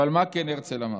אבל מה הרצל כן אמר?